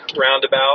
roundabout